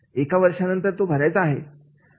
एका वर्षानंतर भरायचा आहे